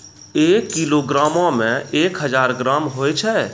एक किलोग्रामो मे एक हजार ग्राम होय छै